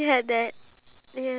C_N_N